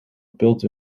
built